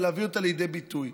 להביא אותה לידי ביטוי.